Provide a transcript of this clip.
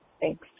thanks